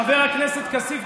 חבר הכנסת כסיף,